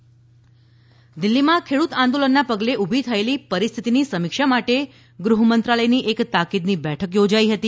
અમીત શાહ્ દિલ્ઠીમાં ખેડૂત આંદોલનનાં પગલે ઉભી થયેલી પરિસ્થિતીની સમીક્ષા માટે ગૃહમંત્રાલયની એક તાકીદની બેઠક યોજાઈ હતી